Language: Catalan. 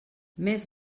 més